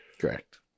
correct